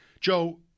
Joe